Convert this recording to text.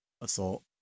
assault